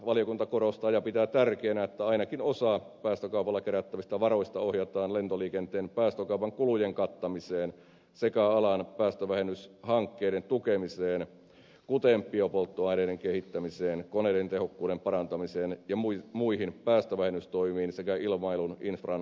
valiokunta korostaa ja pitää tärkeänä että ainakin osa päästökaupalla kerättävistä varoista ohjataan lentoliikenteen päästökaupan kulujen kattamiseen sekä alan päästövähennyshankkeiden tukemiseen kuten biopolttoaineiden kehittämiseen koneiden tehokkuuden parantamiseen ja muihin päästövähennystoimiin sekä ilmailun infran kehittämiseen